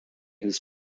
his